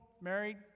married